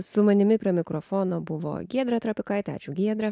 su manimi prie mikrofono buvo giedrė trapikaitė ačiū giedre